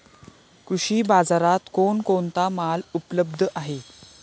कृषी बाजारात कोण कोणता माल उपलब्ध आहे?